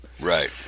Right